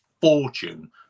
fortune